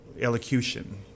elocution